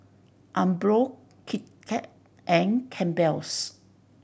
Umbro Kit Kat and Campbell's